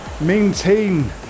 maintain